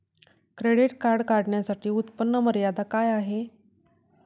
Credit card काढण्यासाठी उत्पन्न मर्यादा काय आहे?